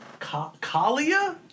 Kalia